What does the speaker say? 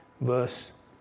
Verse